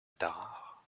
tarare